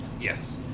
Yes